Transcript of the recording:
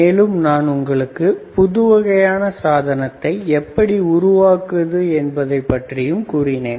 மேலும் புதுவகையான சாதனத்தை எப்படி வேகமாக உருவாக்குவது என்பதற்கான ஒரு எடுத்துக்காட்டை கூறினேன்